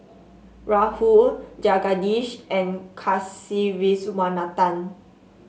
Rahul Jagadish and Kasiviswanathan